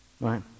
right